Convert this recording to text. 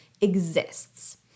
exists